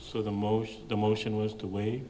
so the most the motion was to wait